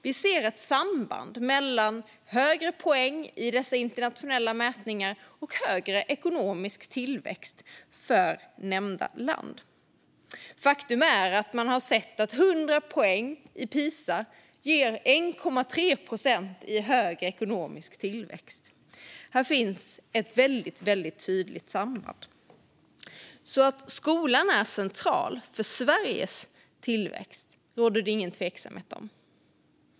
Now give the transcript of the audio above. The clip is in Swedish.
Vi ser ett samband mellan högre poäng i dessa internationella mätningar och högre ekonomisk tillväxt för landet. Faktum är att man har sett att 100 poäng i Pisa ger 1,3 procent högre ekonomisk tillväxt. Här finns ett väldigt tydligt samband. Att skolan är central för Sveriges tillväxt råder det alltså ingen tvekan om.